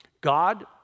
God